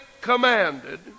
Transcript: commanded